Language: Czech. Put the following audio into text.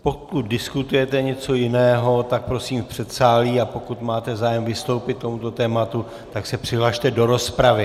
Pokud diskutujete něco jiného, tak prosím v předsálí, a pokud máte zájem vystoupit k tomuto tématu, tak se přihlaste do rozpravy.